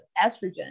estrogen